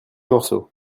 morceau